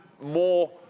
more